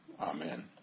Amen